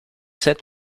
set